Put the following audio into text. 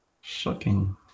Shocking